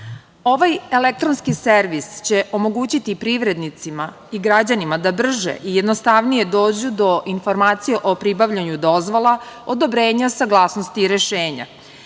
elektronski servis će omogućiti privrednicima i građanima da brže i jednostavnije dođu do informacije o pribavljanju dozvola, odobrenja, saglasnosti i rešenja.